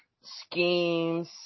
schemes